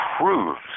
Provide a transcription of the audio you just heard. proves